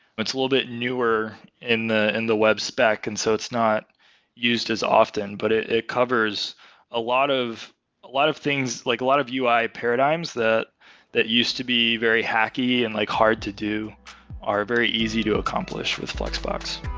it's a little bit newer in the in the web spec, and so it's not used as often, but it it covers a lot a lot of things, like a lot of ui paradigms that that used to be very hacky and like hard to do are very easy to accomplish with flexbox.